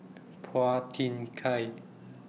Phua Thin Kiay